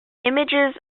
images